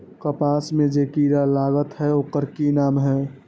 कपास में जे किरा लागत है ओकर कि नाम है?